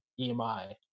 EMI